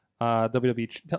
WWE